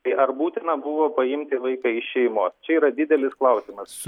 tai ar būtina buvo paimti vaiką iš šeimos čia yra didelis klausimas